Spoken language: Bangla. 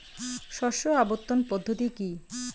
শস্য আবর্তন পদ্ধতি কি?